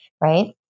right